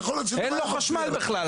יכול להיות --- אין לו חשמל בכלל,